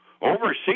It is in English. overseas